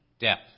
death